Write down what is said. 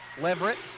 Leverett